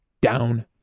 down